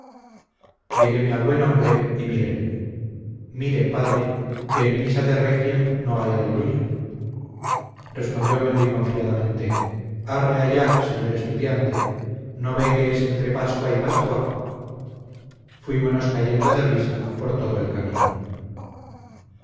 lleguéme al buen hombre y díjele mire padre que en misa de requiem no hay alleluja respondiome muy confiadamente arre allá señor estudiante no ve que es entre pascua y pascua fuimonos cayendo de risa por todo el camino